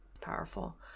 Powerful